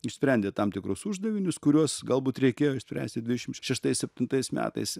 išsprendė tam tikrus uždavinius kuriuos galbūt reikėjo išspręsti dvidešim šeštais septintais metais